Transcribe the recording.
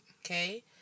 Okay